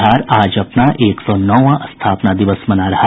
बिहार आज अपना एक सौ नौवां स्थापना दिवस मना रहा